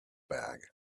bag